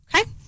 Okay